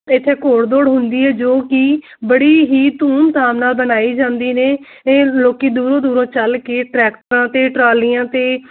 ਇੱਥੇ ਘੋੜ ਦੌੜ ਹੁੰਦੀ ਐ ਜੋ ਕਿ ਬੜੀ ਹੀ ਧੂਮਧਾਮ ਨਾਲ ਮਨਾਈ ਜਾਂਦੀ ਨੇ ਇਹ ਲੋਕੀ ਦੂਰੋਂ ਦੂਰੋਂ ਚੱਲ ਕੇ ਟਰੈਕਟਰਾਂ ਤੇ ਟਰਾਲੀਆਂ ਤੇ